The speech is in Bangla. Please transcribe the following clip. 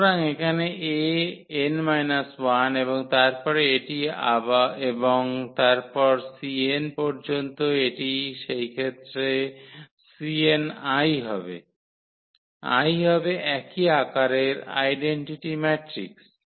সুতরাং এখানে 𝐴𝑛−1 এবং তারপরে এটি এবং তারপর 𝑐𝑛 পর্যন্ত এটি সেই ক্ষেত্রে 𝑐𝑛𝐼 হবে 𝐼 হবে একই আকারের আইডেন্টিটি ম্যাট্রিক্স